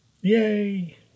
Yay